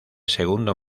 segundo